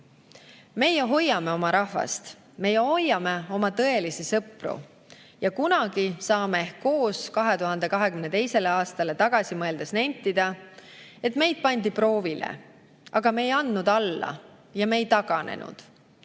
Meie hoiame oma rahvast, meie hoiame oma tõelisi sõpru ja kunagi saame ehk koos 2022. aastale tagasi mõeldes nentida, et meid pandi proovile, aga me ei andnud alla ja me ei taganenud.